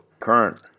current